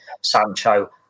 Sancho